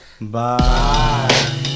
Bye